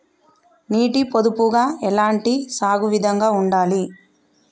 నీటి పొదుపుగా ఎలాంటి సాగు విధంగా ఉండాలి?